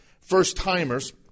first-timers